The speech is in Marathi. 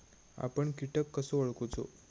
आपन कीटक कसो ओळखूचो?